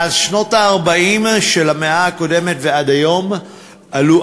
מאז שנות ה-40 של המאה הקודמת ועד היום עלו